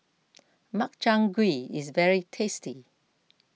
Makchang Gui is very tasty